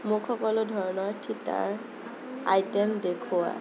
মোক সকলো ধৰণৰ থিটাৰ আইটে'ম দেখুওৱা